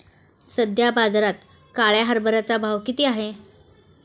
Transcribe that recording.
सध्या बाजारात काळ्या हरभऱ्याचा भाव किती आहे?